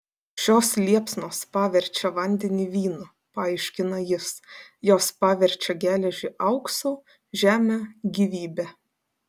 šios liepsnos paverčia vandenį vynu paaiškina jis jos paverčia geležį auksu žemę gyvybe